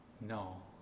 no